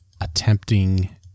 attempting